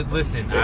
listen